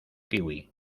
kiwi